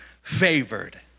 favored